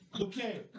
Okay